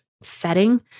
setting